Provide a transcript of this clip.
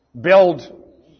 build